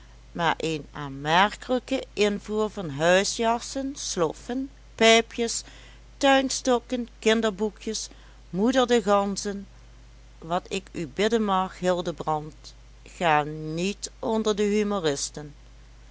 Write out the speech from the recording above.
maar een aanmerkelijke invoer van huisjassen sloffen pijpjes tuinstokken kinderboekjes moeder de ganzen wat ik u bidden mag hildebrand ga niet onder de